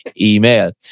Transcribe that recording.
email